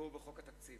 והוא חוק התקציב.